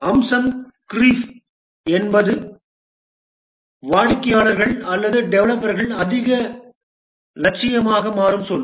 அம்சம் க்ரீப் அம்சம் க்ரீப் என்பது வாடிக்கையாளர்கள் அல்லது டெவலப்பர்கள் அதிக லட்சியமாக மாறும் சொல்